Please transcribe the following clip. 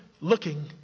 looking